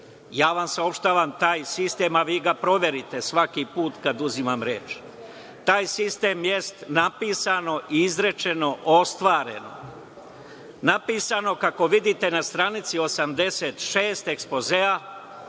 Ja vam saopštavam taj sistem, a vi ga proverite svaki put kada uzimam reč. Taj sistem je napisano-izrečeno-ostvareno. Napisano kako vidite na stranici 86 ekspozea,